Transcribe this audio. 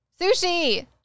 Sushi